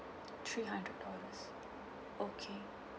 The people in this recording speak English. three hundred dollars okay